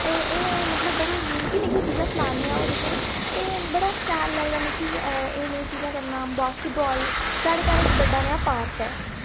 एह् ए मतलब बड़ी निक्की निक्की चीजां सनां निं अ'ऊं तुसें ते बड़ा शैल लगदा मिकी एह् नेही चीजां करना बास्किट बाल साढ़े घर इक बड्डा नेहा पार्क ऐ